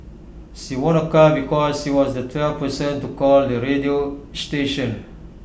she won A car because she was the twelfth person to call the radio station